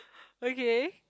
okay